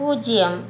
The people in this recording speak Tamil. பூஜ்ஜியம்